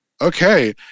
okay